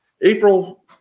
April